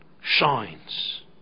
shines